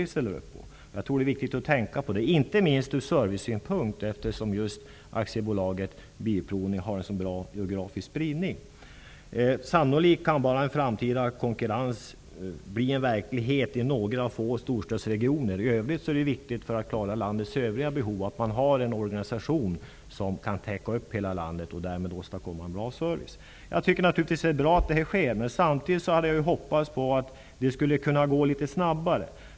Jag tror att det är viktigt att tänka på detta, inte minst ur servicesynpunkt, eftersom just Svensk Bilprovning har en så bra geografisk spridning. Sannolikt kan konkurrens i framtiden bli verklighet endast i några få storstadsregioner. För att möta behovet i övriga landet är det viktigt att ha en organisation som täcker hela landet, för att därmed åstadkomma en bra service. Jag tycker naturligtvis att det är bra att allt det sker som kommunikationsministern talar om, men samtidigt hade jag hoppats att det skulle gå litet snabbare.